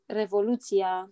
revoluția